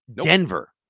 Denver